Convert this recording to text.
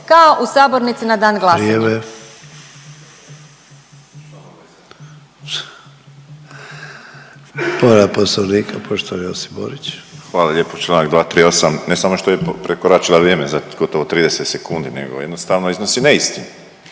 kao u sabornici na dan glasanja.